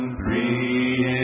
three